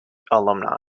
alumni